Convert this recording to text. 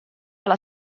alla